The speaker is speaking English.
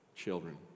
Children